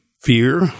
fear